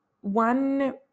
one